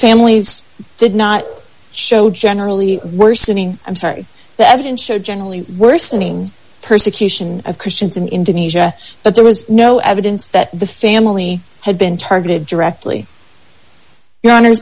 families did not show generally worsening i'm sorry the evidence showed generally worsening persecution of christians in indonesia but there was no evidence that the family had been targeted directly your hono